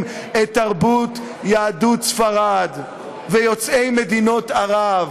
את תרבות יהדות ספרד ויוצאי מדינות ערב,